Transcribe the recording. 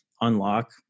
unlock